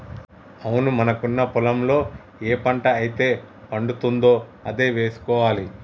అవును మనకున్న పొలంలో ఏ పంట అయితే పండుతుందో అదే వేసుకోవాలి